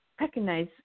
recognize